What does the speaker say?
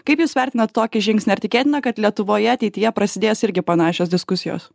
kaip jūs vertinat tokį žingsnį ar tikėtina kad lietuvoje ateityje prasidės irgi panašios diskusijos